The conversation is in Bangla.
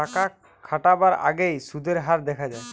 টাকা খাটাবার আগেই সুদের হার দেখা যায়